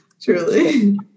truly